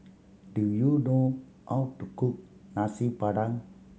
do you know how to cook Nasi Padang